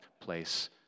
place